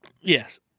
Yes